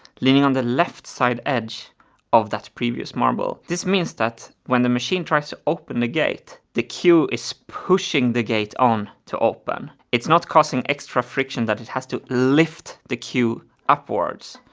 leaning on the left side edge of that previous marble. this means that when the machine tries to open the gate, the queue is pushing the gate on to open, it's not causing extra friction that it has to lift the queue upwards.